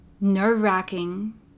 nerve-wracking